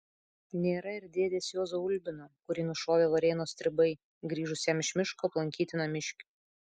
nėra ir dėdės juozo ulbino kurį nušovė varėnos stribai grįžus jam iš miško aplankyti namiškių